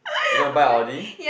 you gonna buy Audi